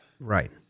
Right